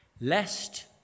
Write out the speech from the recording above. Lest